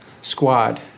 squad